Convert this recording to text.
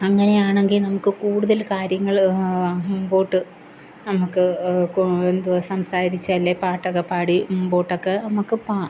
അങ്ങനെയാണെങ്കിൽ നമുക്ക് കൂടുതൽ കാര്യങ്ങൾ ആ മുമ്പോട്ട് നമുക്ക് എന്തുവാ സംസാരിച്ച് അല്ലേൽ പാട്ടൊക്കെ പാടി മുമ്പോട്ടൊക്കെ നമുക്ക് പോവാം